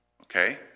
okay